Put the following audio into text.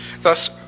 Thus